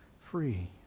free